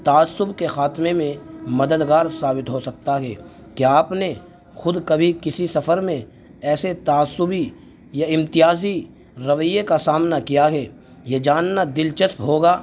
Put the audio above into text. تعصب کے خاتمے میں مددگار ثابت ہو سکتا ہے کیا آپ نے خود کبھی کسی سفر میں ایسے تعصبی یا امتیازی رویے کا سامنا کیا ہے یہ جاننا دلچسپ ہوگا